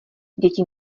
děti